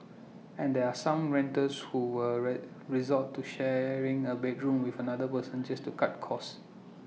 and there are some renters who were red resort to sharing A bedroom with another person just to cut costs